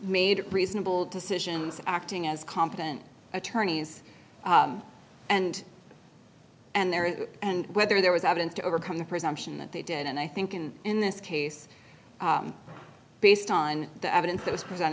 made reasonable decisions acting as competent attorneys and and there is and whether there was evidence to overcome the presumption that they did and i think and in this case based on the evidence that was